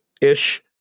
ish